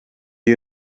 you